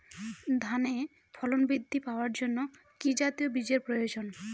ধানে ফলন বৃদ্ধি পাওয়ার জন্য কি জাতীয় বীজের প্রয়োজন?